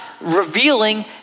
revealing